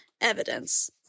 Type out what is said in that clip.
evidence